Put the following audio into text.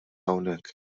hawnhekk